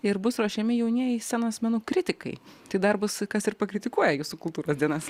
ir bus ruošiami jaunieji scenos menų kritikai tai dar bus kas ir pakritikuoja jūsų kultūros dienas